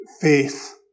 faith